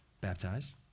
baptize